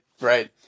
right